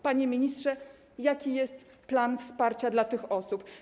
Panie ministrze, jaki jest plan wsparcia dla tych osób?